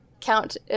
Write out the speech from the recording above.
Count